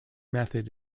method